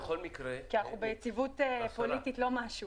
כי אנחנו ביציבות פוליטית לא משהו.